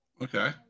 Okay